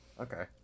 Okay